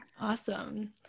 Awesome